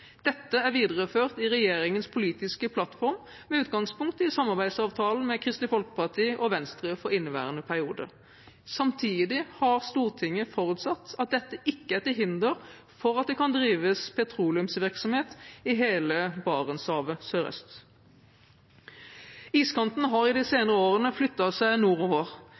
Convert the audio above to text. Dette er videreført i regjeringens politiske plattform med utgangspunkt i samarbeidsavtalen med Kristelig Folkeparti og Venstre for inneværende periode. Samtidig har Stortinget forutsatt at dette ikke er til hinder for at det kan drives petroleumsvirksomhet i hele Barentshavet sørøst. Iskanten har i de senere årene flyttet seg nordover.